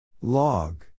Log